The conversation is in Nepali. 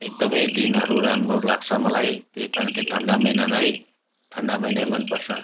एकदमै दिनहरू राम्रो लाग्छ मलाई त्यही कारण चाहिँ ठन्डा महिनै ठन्डा महिनै मनपर्छ